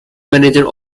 manager